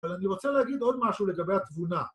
אבל אני רוצה להגיד עוד טמשהו לגבי התבונה.